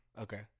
Okay